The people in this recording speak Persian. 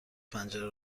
پنجره